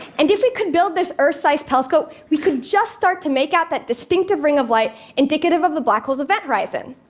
and if we could build this earth-sized telescope, we could just start to make out that distinctive ring of light indicative of the black hole's event horizon.